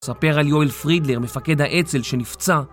מספר על יואל פרידלר, מפקד האצל, שנפצע